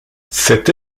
cette